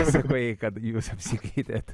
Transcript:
pasakojai kad jūs apsikeitėt